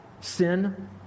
sin